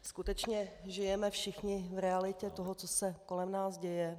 Skutečně žijeme všichni v realitě toho, co se kolem nás děje.